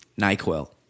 NyQuil